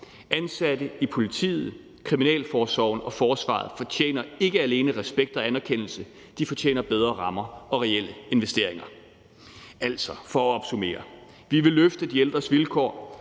Ansatte i politiet, kriminalforsorgen og forsvaret fortjener ikke alene respekt og anerkendelse; de fortjener bedre rammer og reelle investeringer. For at opsummere vil jeg sige: Vi vil løfte de ældres vilkår,